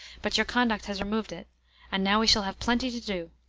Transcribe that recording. but your conduct has removed it and now we shall have plenty to do.